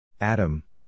Adam